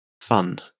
fun